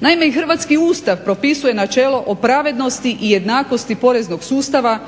Naime, i hrvatski Ustav propisuje načelo o pravednosti i jednakosti poreznog sustava